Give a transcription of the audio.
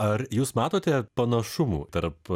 ar jūs matote panašumų tarp